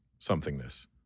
somethingness